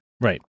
Right